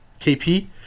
KP